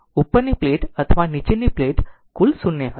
ઉપરની પ્લેટ અથવા નીચેની પ્લેટ કુલ 0 હશે